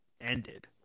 ended